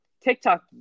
TikTok